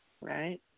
Right